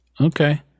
Okay